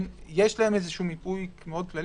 יש להם מיפוי כללי מאוד,